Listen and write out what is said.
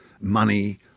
money